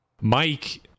mike